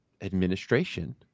administration